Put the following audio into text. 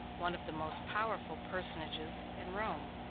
one of the most powerful personages in rome.